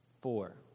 Four